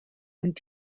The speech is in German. und